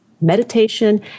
meditation